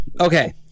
okay